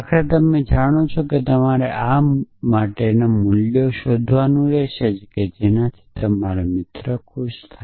આખરે તમે જાણો છો કે તમારે આ માટે મૂલ્યો શોધવાનું રહેશે જેનાથી તમારો મિત્ર ખુશ થશે